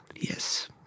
yes